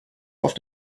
auf